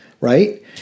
right